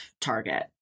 Target